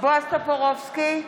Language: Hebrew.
בועז טופורובסקי,